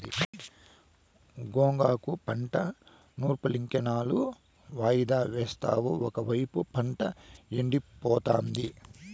గోగాకు పంట నూర్పులింకెన్నాళ్ళు వాయిదా యేస్తావు ఒకైపు పంట ఎండిపోతాంది